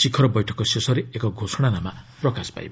ଶିଖର ବୈଠକ ଶେଷରେ ଏକ ଘୋଷଣାନାମା ପ୍ରକାଶ ପାଇବ